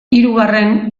hirugarren